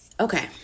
okay